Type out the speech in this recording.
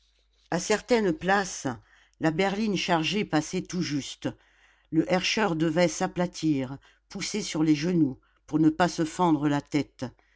à certaines places la berline chargée passait tout juste le herscheur devait s'aplatir pousser sur les genoux pour ne pas se fendre la tête